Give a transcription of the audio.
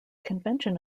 convention